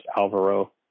Alvaro